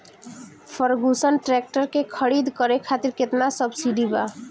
Ferguson tractor के खरीद करे खातिर केतना सब्सिडी बा?